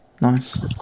Nice